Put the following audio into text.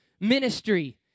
ministry